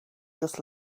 just